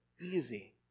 easy